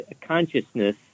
consciousness